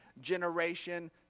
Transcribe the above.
generation